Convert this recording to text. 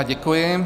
Děkuji.